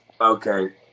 Okay